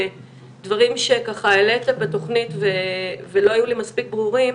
דברים שהעלית בתוכנית ולא היו לי מספיק ברורים.